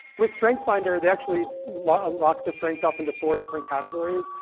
with strengthsfinder, they actually lock lock the strengths off into four different categories.